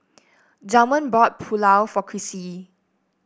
Delmer bought Pulao for Crissie